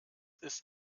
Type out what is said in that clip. ist